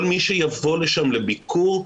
כל מי שיבוא לשם לביקור יגיד: